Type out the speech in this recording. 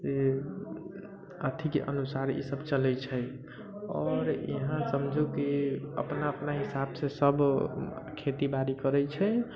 अथी के अनुसार इसब चलै छै आओर इहाँ समझू की अपना अपना हिसाब से सब खेती बारी करै छै